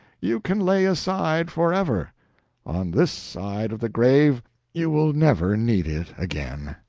you can lay aside forever on this side of the grave you will never need it again.